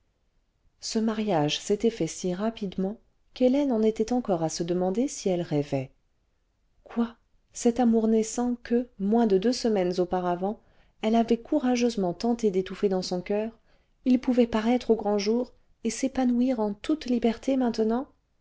ce mariage s'était fait si rapidement qu'hélène en était encore à se demander si elle rêvait quoi cet amour naissant que moins de deux semaines auparavant elle avait courageusement tenté d'étouffer dans son coeur il pouvait paraître au grand jour et s'épanouir en toute liberté maintenant